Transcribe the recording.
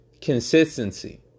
Consistency